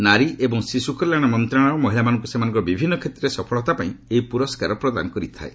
ନାରୀ ଏବଂ ଶିଶୁ ବିକାଶ ମନ୍ତ୍ରଣାଳୟ ମହିଳାମାନଙ୍କୁ ସେମାନଙ୍କର ବିଭିନ୍ନ କ୍ଷେତ୍ରରେ ସଫଳତା ପାଇଁ ଏହି ପୁରସ୍କାର ପ୍ରଦାନ କରିଥାଏ